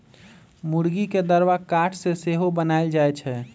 मूर्गी के दरबा काठ से सेहो बनाएल जाए छै